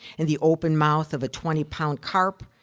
in the open mouth of a twenty pound carp,